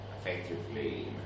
effectively